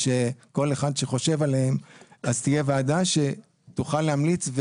אז תהיה ועדה שתוכל להמליץ,